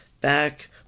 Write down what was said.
back